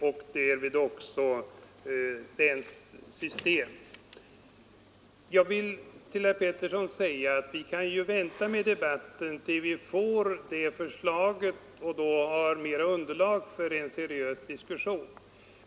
Till herr Pettersson i Lund vill jag säga att vi bör kunna vänta med debatten tills vi får fram ett resultat från utredningen, och då har vi mera underlag för en seriös diskussion.